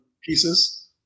pieces